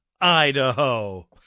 Idaho